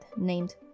named